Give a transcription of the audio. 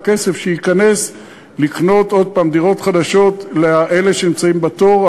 ובכסף שייכנס לקנות עוד הפעם דירות חדשות לאלה שנמצאים בתור,